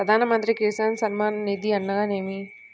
ప్రధాన మంత్రి కిసాన్ సన్మాన్ నిధి అనగా ఏమి?